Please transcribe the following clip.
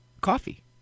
coffee